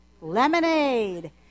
lemonade